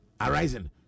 arising